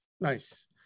Nice